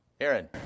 Aaron